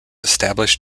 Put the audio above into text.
established